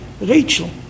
Rachel